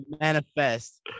Manifest